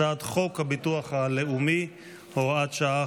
הצעת חוק הביטוח הלאומי (הוראת שעה,